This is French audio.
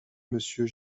monsieur